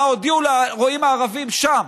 מה הודיעו לרועים הערבים שם.